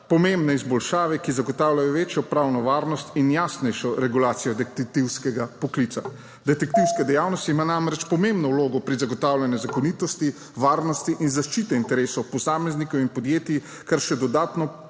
pomembne izboljšave, ki zagotavljajo večjo pravno varnost in jasnejšo regulacijo detektivskega poklica. Detektivska dejavnost ima namreč pomembno vlogo pri zagotavljanju zakonitosti, varnosti in zaščite interesov posameznikov in podjetij, kar še dodatno